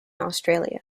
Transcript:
australia